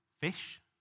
fish